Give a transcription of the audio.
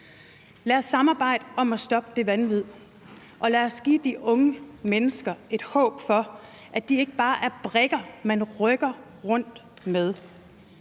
Lad os samarbejde om at stoppe det vanvid, og lad os give de unge mennesker et håb for, at de ikke bare er brikker, man rykker rundt med.